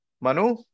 Manu